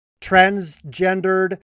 transgendered